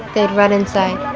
they'd run inside.